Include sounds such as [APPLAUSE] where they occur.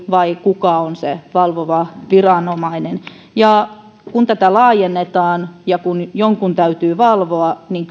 vai kuka on se valvova viranomainen ja kun tätä laajennetaan ja kun jonkun täytyy valvoa niin [UNINTELLIGIBLE]